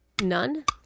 None